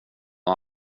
och